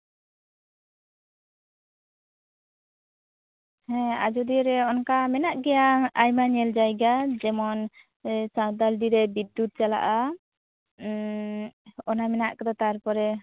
ᱦᱮᱸ ᱟᱡᱚᱫᱤᱭᱟᱹ ᱨᱚ ᱚᱱᱠᱟ ᱢᱮᱱᱟᱜ ᱜᱮᱭᱟ ᱟᱭᱢᱟ ᱧᱮᱞ ᱡᱟᱭᱜᱟ ᱡᱮᱢᱚᱱ ᱥᱟᱶᱛᱟᱞᱰᱤ ᱨᱮ ᱵᱤᱫᱽᱫᱩᱛ ᱪᱟᱞᱟᱜᱼᱟ ᱚᱱᱟ ᱢᱮᱱᱟᱜ ᱠᱟᱫᱟ ᱛᱟᱨᱯᱚᱨᱮ